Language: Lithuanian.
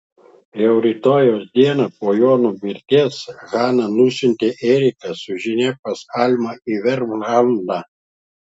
jau rytojaus dieną po jono mirties hana nusiuntė eriką su žinia pas almą į vermlandą